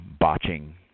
botching